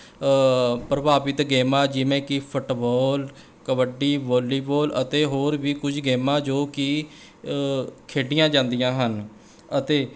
ਪ੍ਰਭਾਵਿਤ ਗੇਮਾਂ ਜਿਵੇਂ ਕਿ ਫੁੱਟਬਾਲ ਕਬੱਡੀ ਵਾਲੀਬਾਲ ਅਤੇ ਹੋਰ ਵੀ ਕੁਝ ਗੇਮਾਂ ਜੋ ਕਿ ਖੇਡੀਆਂ ਜਾਂਦੀਆਂ ਹਨ ਅਤੇ